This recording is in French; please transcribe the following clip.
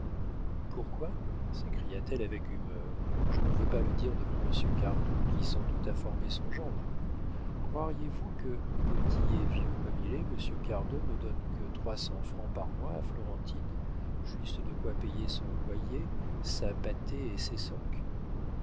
pourquoi s'écria-t-elle avec humeur je ne veux pas le dire devant monsieur cardot qui sans doute a formé son gendre croiriez-vous que petit et vieux comme il est monsieur cardot ne donne que trois cents francs par mois à florentine juste de quoi payer son loyer sa pâtée et ses socques